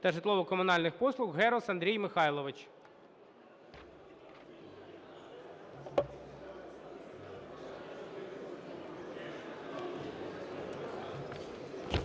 та житлово-комунальних послуг Герус Андрій Михайлович.